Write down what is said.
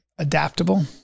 adaptable